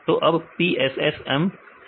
तो अब PSSM profile क्या है